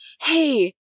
hey